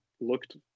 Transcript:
looked